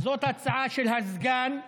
זאת ההצעה של הסגן.